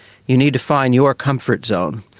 you need to find your comfort zone.